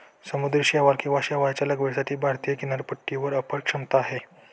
समुद्री शैवाल किंवा शैवालच्या लागवडीसाठी भारतीय किनारपट्टीवर अफाट क्षमता आहे